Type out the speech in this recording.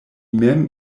mem